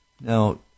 Now